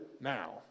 now